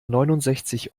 neunundsechzig